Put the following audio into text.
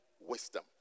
wisdom